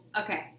okay